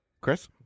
Chris